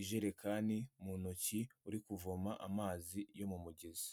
ijerekani mu ntoki uri kuvoma amazi yo mu mugezi.